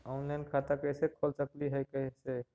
Online खाता कैसे खोल सकली हे कैसे?